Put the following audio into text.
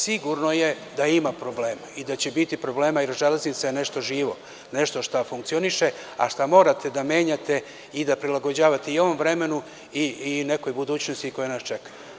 Sigurno je da ima problema i da će biti problema, jer železnica je nešto živo, nešto što funkcioniše, a što morate da menjate i da prilagođavate i ovom vremenu i nekoj budućnosti koja nas čeka.